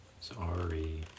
Sorry